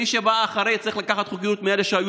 מי שבא אחרי צריך לקחת חוקיות מאלה שהיו